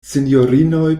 sinjorinoj